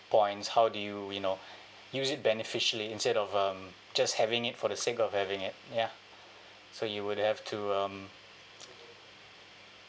points how do you you know use it beneficially instead of um just having it for the sake of having it ya so you would have to um